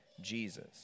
Jesus